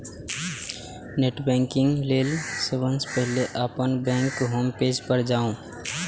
net banking लेल सबसं पहिने अपन बैंकक होम पेज पर जाउ